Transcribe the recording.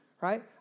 right